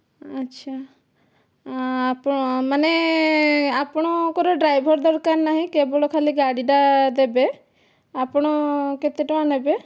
ଆଚ୍ଛା ଆପଣ ମାନେ ଆପଣଙ୍କର ଡ୍ରାଇଭର୍ ଦରକାର ନାହିଁ କେବଳ ଖାଲି ଗାଡ଼ିଟା ଦେବେ ଆପଣ କେତେ ଟଙ୍କା ନେବେ